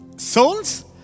souls